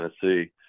Tennessee